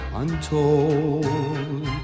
untold